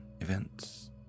events